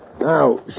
Now